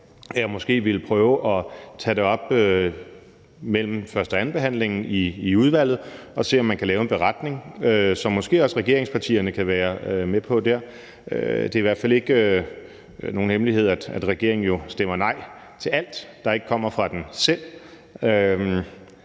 jeg måske prøve at tage det op mellem første- og andenbehandlingen i udvalget og se, om man kan lave en beretning, som måske også regeringspartierne kan være med på. Det er i hvert fald ikke nogen hemmelighed, at regeringen jo stemmer nej til alt, der ikke kommer fra dem selv;